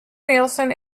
neilson